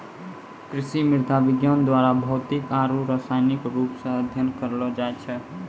कृषि मृदा विज्ञान द्वारा भौतिक आरु रसायनिक रुप से अध्ययन करलो जाय छै